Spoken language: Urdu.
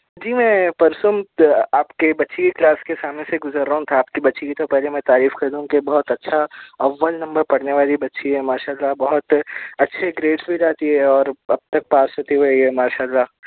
جی میں پرسوں آپ کے بچی کے کلاس کے سامنے سے گزر رہا تھا تو آپ کی بچی پہلے میں تعریف کر دوں کہ بہت اچھا اول نمبر پڑھنے والی بچی ہے ماشاء اللہ بہت اچھے گریڈس بھی لاتی ہے اور اب تک پاس ہوتی ہوئی آئی ہے ماشاء اللہ